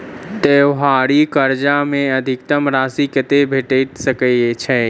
त्योहारी कर्जा मे अधिकतम राशि कत्ते भेट सकय छई?